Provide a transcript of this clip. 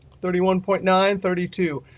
thirty one point nine, thirty two,